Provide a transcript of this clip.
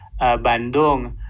Bandung